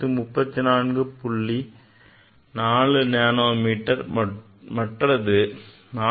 0 nanometre மற்றது 410